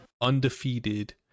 undefeated